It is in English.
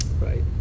Right